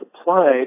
applied